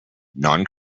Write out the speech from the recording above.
non